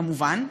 כמובן,